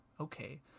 okay